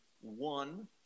One